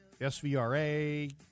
SVRA